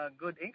good